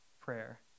prayer